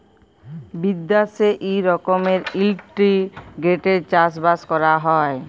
বিদ্যাশে ই রকমের ইলটিগ্রেটেড চাষ বাস ক্যরা হ্যয়